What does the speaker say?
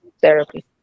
therapy